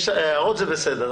הערות זה בסדר.